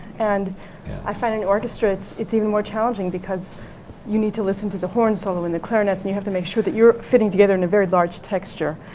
and i find in orchestra it's it's even more challenging because you need to listen to the horn solo, and the clarinets, and you have to make sure that you're fitting together in a very large texture.